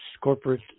corporate